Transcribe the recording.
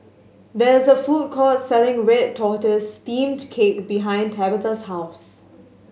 there is a food court selling red tortoise steamed cake behind Tabetha's house